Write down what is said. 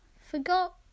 forgot